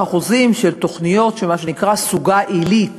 אחוזים של תוכניות של מה שנקרא "סוגה עילית"